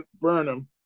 Burnham